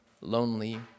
lonely